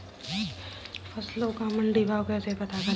फसलों का मंडी भाव कैसे पता करें?